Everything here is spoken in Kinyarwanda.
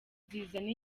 zizana